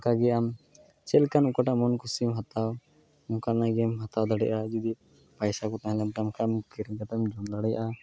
ᱚᱱᱠᱟᱜᱮ ᱟᱢ ᱪᱮᱫᱞᱮᱠᱟᱱ ᱚᱠᱟᱴᱟᱜ ᱢᱚᱱ ᱠᱩᱥᱤᱢ ᱦᱟᱛᱟᱣ ᱚᱱᱠᱟᱱᱟᱜᱼᱜᱮᱢ ᱦᱟᱛᱟᱣ ᱫᱟᱲᱮᱜᱼᱟ ᱡᱚᱫᱤ ᱯᱟᱭᱥᱟ ᱠᱚ ᱛᱮᱦᱮᱞᱮᱱᱛᱟᱢ ᱠᱷᱟᱡ ᱠᱤᱨᱤᱧ ᱠᱟᱛᱮᱫᱮᱢ ᱫᱟᱲᱮᱭᱟᱜᱼᱟ